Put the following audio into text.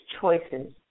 choices